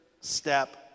step